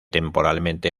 temporalmente